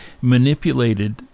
manipulated